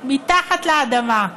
מתחת לאדמה.